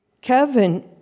Kevin